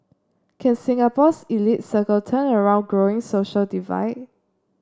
can Singapore's elite circle turn around growing social divide